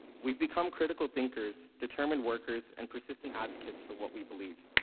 we've become critical thinkers, determined workers, and persistent advocates for what we believe.